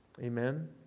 Amen